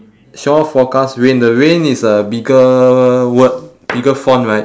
shore forecast rain the rain is a bigger word bigger font right